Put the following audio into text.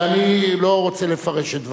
ואני לא רוצה לפרש את דבריו.